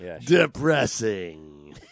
depressing